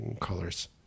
colors